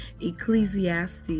Ecclesiastes